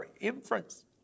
inference